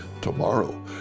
Tomorrow